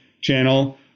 channel